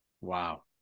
Wow